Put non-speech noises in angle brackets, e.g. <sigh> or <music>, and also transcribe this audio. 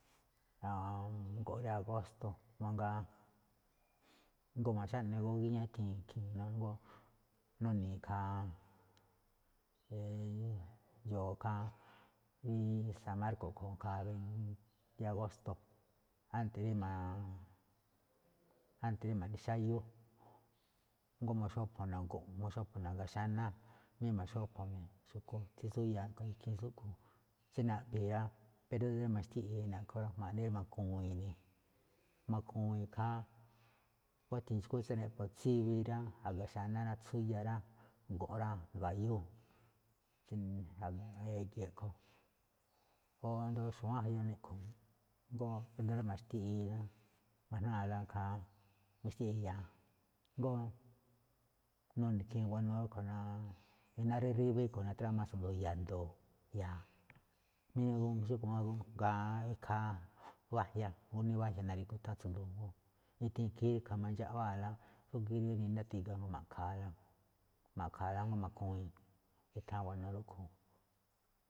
Aa go̱nꞌ rí agósto̱, mangaa, jngó ma̱xáꞌne̱ guéño gíñá ithee̱n ikhii̱n, jngó nuni̱i̱ ikhaa <hesitation> xndo̱o̱ ikhaa tsí san markós jngó, ikhaa rí agósto̱, ánte̱ rí ma̱ꞌ, ánte̱ rí ma̱ꞌne xáyú, jngó ma̱xópho̱ ne̱ go̱nꞌ, jngó ma̱xópho̱ ne̱ a̱ga xáná, jamí jngó ma̱xópho̱ ne̱ xu̱kú tsí tsúyáa, ikhiin tsúꞌkhue̱n tsi naꞌphi̱i̱ ne̱ rá, ído̱ rí ma̱xtiꞌi̱i̱ ma̱ꞌne ma̱ku̱wi̱inꞌ ne̱, ma̱ku̱wi̱inꞌ ikhaa, nguáthi̱i̱n xu̱kú tsí niꞌpho̱ tsíwi rá, a̱ga xáná, tsúyáa rá, go̱nꞌ rá, ga̱yú, e̱ge̱ a̱ꞌkhue̱n, o asndo xu̱wán niꞌkho̱, jngó rí ído̱ rí ma̱xtiꞌi̱i̱ ne̱. Ma̱ga̱jnáa̱la ikhaa ya̱a̱, <noise> jngó nune̱ ikhiin buanuu rúꞌkhue̱n, iná rí ríwí a̱ꞌkhue̱n trama tsu̱du̱u̱ ya̱do̱o̱ ya̱a̱. <noise> xúꞌkhue̱n máꞌ ikhaa wájia, gúní wajia na̱ri̱gu tháan tsu̱du̱u̱ ne̱, ethee̱n ikhii̱n mandxaꞌwáa̱la xúgíí rí nindáti̱ga̱ ma̱ꞌkha̱a̱la, ma̱ꞌkhaala jngó ma̱ku̱wi̱i̱nꞌ, ithan buanuu rúꞌkhue̱n.